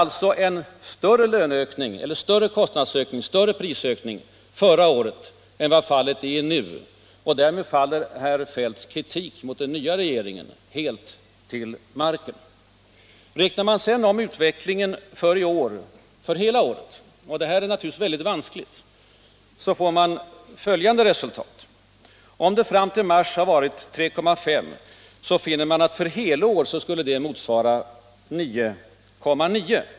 Det var en större kostnadsökning och en större prisökning förra året än vad fallet är nu. Därmed faller herr Feldts kritik mot den nya regeringen helt till marken. Räknar man sedan om utvecklingen för helår får man följande resultat: fram till mars har priserna, som jag redan nämnt, stigit med 3,5 96. Från mars förra året till mars i år var stegringen 9,9 96.